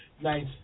Nice